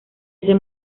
ese